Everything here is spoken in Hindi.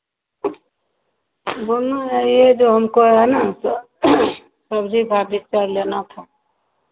बोलना है यह जो हमको है ना सब्ज़ी भाजी का ही लेना था